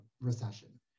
Recession